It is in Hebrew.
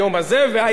אדוני היושב-ראש,